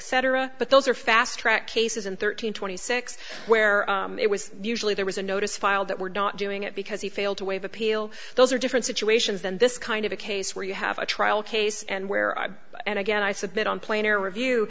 except but those are fast track cases and thirteen twenty six where it was usually there was a notice filed that we're not doing it because he failed to waive appeal those are different situations than this kind of a case where you have a trial case and where and again i submit on planar review